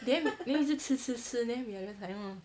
then 一直吃吃吃 then we were just like mm